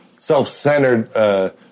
self-centered